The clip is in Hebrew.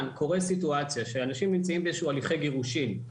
קורית סיטואציה שאנשים נמצאים באיזשהו הליכי גירושין,